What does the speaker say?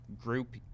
group